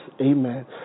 amen